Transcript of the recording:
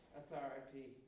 authority